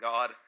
God